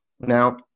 Now